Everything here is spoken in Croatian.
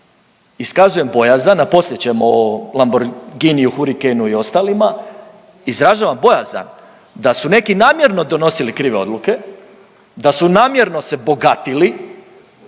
iskazujem bojazan, a poslije ćemo o Lamborghiniju Huracanu i ostalima, izražavam bojazan da su neki namjerno donosili krive odluke, da su namjerno se bogatili